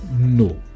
No